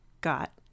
got